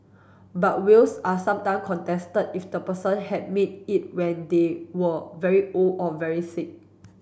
but wills are sometime contested if the person had made it when they were very old or very sick